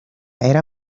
era